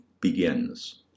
begins